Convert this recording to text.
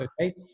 Okay